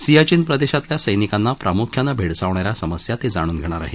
सियाचिन प्रदेशातल्या सैनिकांना प्रामुख्यानं भेडसावणा या समस्या ते जाणून घेणार आहेत